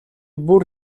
бүр